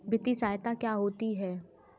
वित्तीय सहायता क्या होती है?